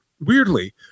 weirdly